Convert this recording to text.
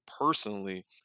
personally